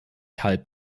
halb